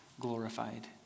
glorified